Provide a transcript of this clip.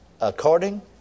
according